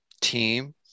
team